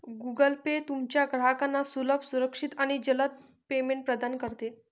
Google Pay तुमच्या ग्राहकांना सुलभ, सुरक्षित आणि जलद पेमेंट प्रदान करते